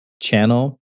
channel